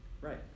Right